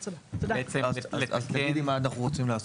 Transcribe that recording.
אז תגידי מה אנחנו רוצים לעשות.